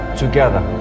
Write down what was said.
together